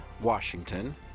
Washington